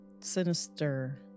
sinister